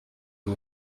who